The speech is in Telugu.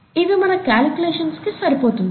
ఇవి మన కాలిక్యులేషన్స్ కి సరిపోతుంది